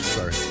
Sorry